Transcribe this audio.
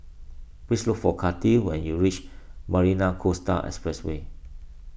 please look for Kattie when you reach Marina Coastal Expressway